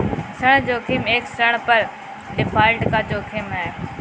ऋण जोखिम एक ऋण पर डिफ़ॉल्ट का जोखिम है